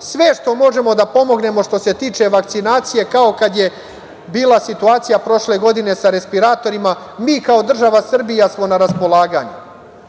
Sve što možemo da pomognemo, što se tiče vakcinacije, kao kad je bila situacija prošle godine sa respiratorima, mi kao država Srbija smo na raspolaganju.